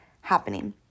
happening